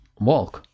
walk